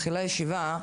תתחיל ישיבה,